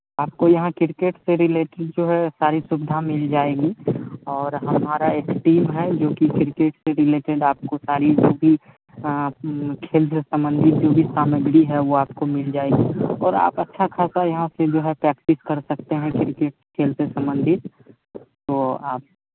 आपको यहाँ क्रिकेट से रिलेटेड जो है सारी सुविधा मिल जाएगी और हमारा एक टीम है जो कि क्रिकेट से रिलेटेड आपको सारी जो भी खेल से संबंधित जो भी सामग्री है वो आपको मिल जाएगी और आप अच्छा खासा यहाँ से जो है प्रैक्टिस कर सकते हैं क्रिकेट खेल से संबंधित तो आप